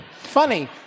Funny